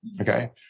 Okay